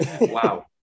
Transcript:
Wow